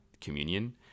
communion